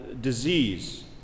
disease